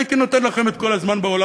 הייתי נותן לכם את כל הזמן שבעולם,